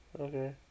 Okay